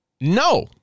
No